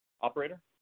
Operator